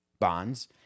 Bonds